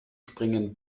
springen